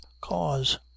cause